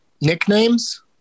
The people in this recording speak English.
Nicknames